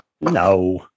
No